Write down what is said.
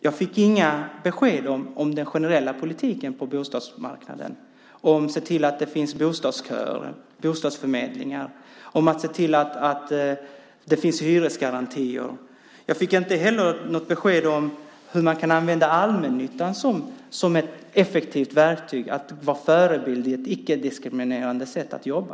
Jag fick inga besked om den generella politiken på bostadsmarknaden, om hur man ska se till att det finns bostadsköer, bostadsförmedlingar och hyresgarantier. Jag fick inte heller något besked om hur man kan använda allmännyttan som ett effektivt verktyg för att vara förebild i ett icke-diskriminerande sätt att jobba.